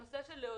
הנושא של להודיע.